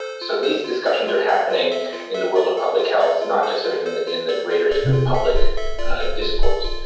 so these discussions are happening in the world of public health, not just sort of in the in the greater sort of public discourse.